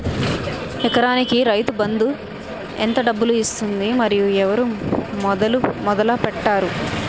ఎకరానికి రైతు బందు ఎంత డబ్బులు ఇస్తుంది? మరియు ఎవరు మొదల పెట్టారు?